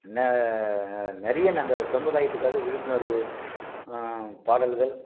என்ன நிறைய நாங்கள் சமுதாயத்துக்காக விழிப்புணர்வு பாடல்கள்